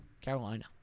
Carolina